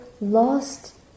lost